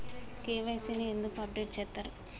KYC ని ఎందుకు update చేత్తరు?